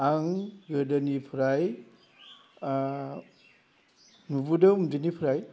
आं गोदोनिफ्राय नुबोदों उन्दैनिफ्राय